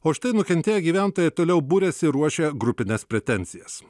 o štai nukentėję gyventojai toliau buriasi ruošia grupines pretenzijas